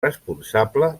responsable